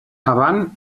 avant